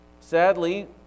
Sadly